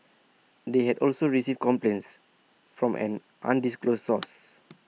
they had also received complaints from an undisclosed source